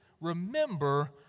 remember